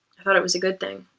i thought it was a good thing.